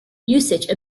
usage